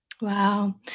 Wow